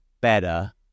better